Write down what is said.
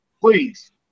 please